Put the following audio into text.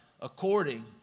according